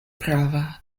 prava